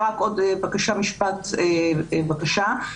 רק עוד משפט, בבקשה.